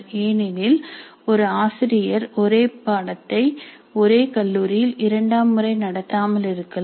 ஏனெனில் ஒரு ஆசிரியர் ஒரே பாடத்தை ஒரே கல்லூரியில் இரண்டாம் முறை நடத்தாமல் இருக்கலாம்